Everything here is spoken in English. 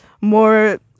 more